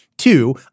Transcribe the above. Two